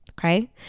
okay